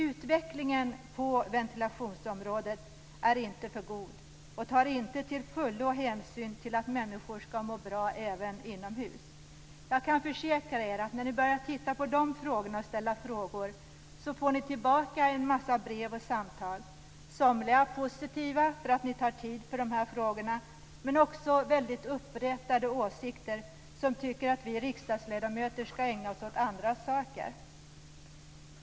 Utvecklingen på ventilationsområdet är inte för god och tar inte tillfullo hänsyn till att människor skall må bra även inomhus. Jag kan försäkra er att när ni börjar titta på de frågorna och börjar ställa frågor får ni tillbaka en mängd brev och samtal. Somliga är positiva därför att ni tar er tid för dessa frågor. Men det finns också åsikter från väldigt uppretade personer som tycker att vi riksdagsledamöter skall ägna oss åt andra saker.